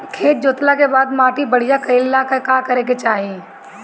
खेत जोतला के बाद माटी बढ़िया कइला ला का करे के चाही?